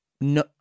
No